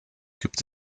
gibt